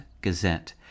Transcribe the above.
Gazette